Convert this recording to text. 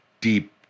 deep